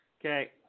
Okay